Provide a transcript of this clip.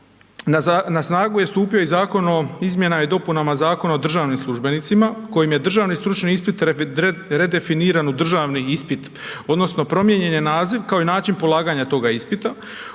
na snagu je stupio i Zakon o izmjenama i dopunama Zakona o državnim službenicima kojim je državni stručni ispit redefiniran u državni ispit odnosno promijenjen je naziv kao i način polaganja toga ispita